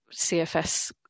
CFS